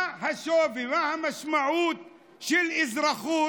מה השווי, מה המשמעות של אזרחות